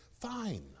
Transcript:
fine